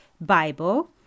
Bible